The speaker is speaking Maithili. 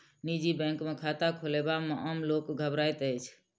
निजी बैंक मे खाता खोलयबा मे आम लोक घबराइत अछि